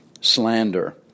slander